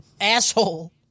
asshole